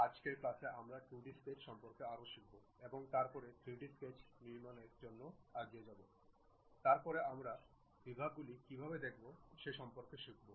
আজকের ক্লাসে আমরা 2D স্কেচ সম্পর্কে আরও শিখব এবং তারপরে 3D স্কেচ নির্মাণের জন্য এগিয়ে যাব তারপরে আমরা বিভাগগুলি কীভাবে দেখব সে সম্পর্কে শিখব